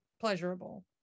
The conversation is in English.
pleasurable